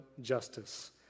justice